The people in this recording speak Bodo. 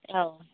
औ